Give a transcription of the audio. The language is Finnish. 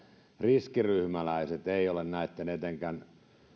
riskiryhmäläiset eivät ole